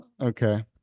Okay